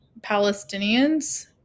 Palestinians